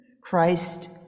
Christ